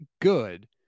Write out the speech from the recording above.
good